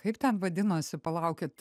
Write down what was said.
kaip ten vadinosi palaukit